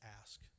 ask